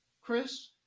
Chris